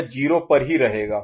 यह 0 पर ही रहेगा